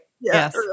yes